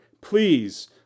Please